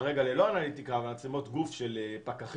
כרגע ללא אנליטיקה אבל מצלמות גוף של פקחים.